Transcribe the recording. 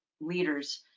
leaders